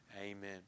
Amen